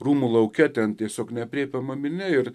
rūmų lauke ten tiesiog neaprėpiama minia ir